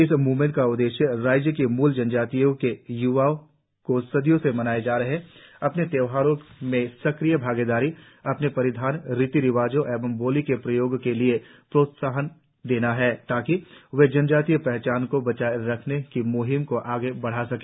इस मुवमेंट का उद्देश्य राज्य की मूल जनजातियों के य्वाओं को सदियों से मनाए जा रहे अपने त्यौहारों में सक्रिय भागीदारी अपने परिधान रीति रिवाजों और बोली के प्रयोग के लिए प्रोत्साहित करना है ताकि वे जनजातीय पहचान को बचाए रखने की मुहिम को आगे बढ़ा सके